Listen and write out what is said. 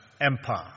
empire